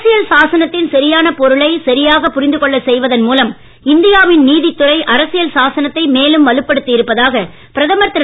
அரசியல் சாசனத்தின் சரியான பொருளை சரியாகப் புரிந்து கொள்ளச் செய்வதன் மூலம் இந்தியாவின் நீதித் துறை அரசியல் சாசனத்தை மேலும் வலுப்படுத்தி இருப்பதாக பிரதமர் திரு